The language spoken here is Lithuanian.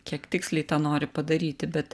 kiek tiksliai tą nori padaryti bet